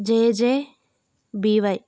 JJBY